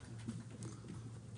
בסדר גמור.